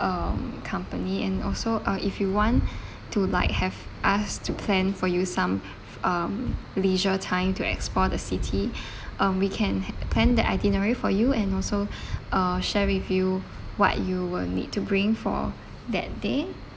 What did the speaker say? um company and also uh if you want to like have us to plan for you some um leisure time to explore the city um weekend had planned the itinerary for you and also uh share with you what you will need to bring for that day